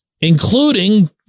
including